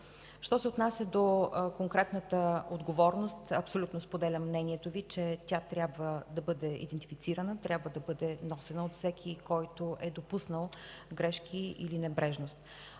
Що се отнася до конкретната отговорност, абсолютно споделям мнението Ви, че тя трябва да бъде идентифицирана, трябва да бъде носена от всеки, който е допуснал грешки или небрежност.